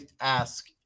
ask